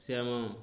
ସିଏ ଆମ